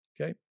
okay